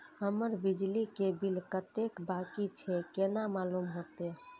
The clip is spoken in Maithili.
हमर बिजली के बिल कतेक बाकी छे केना मालूम होते?